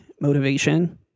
motivation